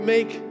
Make